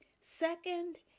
Second